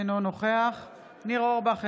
אינו נוכח ניר אורבך,